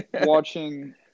watching